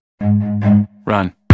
Run